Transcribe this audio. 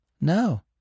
No